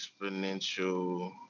exponential